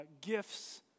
gifts